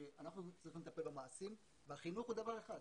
שאנחנו צריכים לטפל במעשים, החינוך הוא דבר אחד,